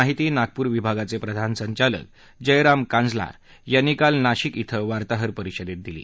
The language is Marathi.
माहिती नागपूर विभागाचे प्रधान संचालक जय राम काजला यांनी काल नाशिक इथं वार्ताहर परिषदेत ही माहिती दिली